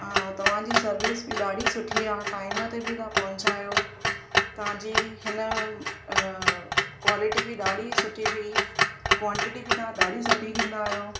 तव्हांजी सर्विस बि ॾाढी सुठी आहे टाइम ते बि तव्हां पहुचायो तव्हां जी हिन क्वालिटी बि ॾाढी सुठी बि क्वांटिटी बि तव्हां ॾाढी सुठी ॾींदा आहियो